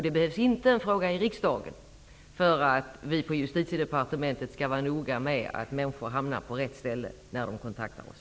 Det behövs inte en fråga i riksdagen för att vi på Justitiedepartementet skall vara noga med att människor hamnar på rätt ställe när de kontaktar oss.